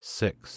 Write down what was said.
six